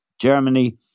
Germany